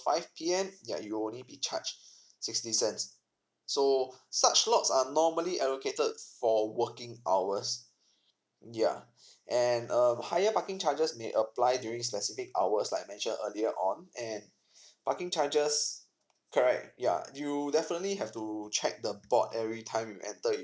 five P_M yeah you'll only be charged sixty cents so such lots are normally are located for working hours yeah and um higher parking charges may apply during specific hours like I mentioned earlier on and parking charges correct yeah you definitely have to check the board every time you enter